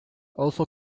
also